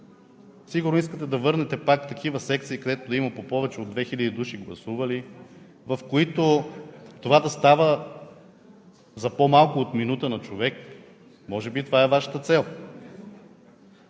Сигурно искате да върнете пак такива секции, където да има по повече от две хиляди души гласували, в които това да става за по-малко от минута на човек – може би това е Вашата цел?